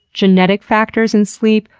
genetic factors in sleep,